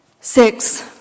Six